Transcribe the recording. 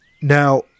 Now